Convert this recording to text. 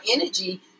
energy